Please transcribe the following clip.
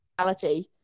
reality